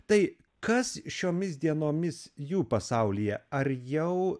tai kas šiomis dienomis jų pasaulyje ar jau